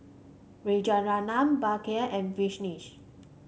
Rajaratnam Bhagat and Vishal